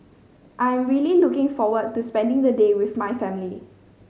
I'm really looking forward to spending the day with my family